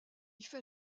fait